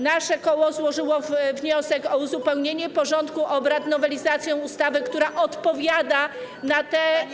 Nasze koło złożyło wniosek o uzupełnienie porządku obrad o nowelizację ustawy, która odpowiada na te wyzwania.